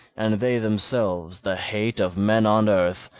and they themselves the hate of men on earth,